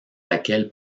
laquelle